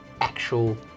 actual